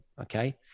okay